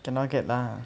cannot get lah